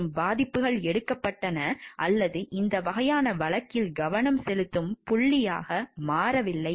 மற்றும் பாதிப்புகள் எடுக்கப்பட்டன அல்லது இந்த வகையான வழக்கில் கவனம் செலுத்தும் புள்ளியாக மாறவில்லை